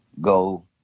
go